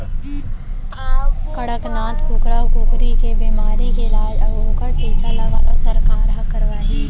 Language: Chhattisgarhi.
कड़कनाथ कुकरा कुकरी के बेमारी के इलाज अउ ओकर टीका ल घलौ सरकार हर करवाही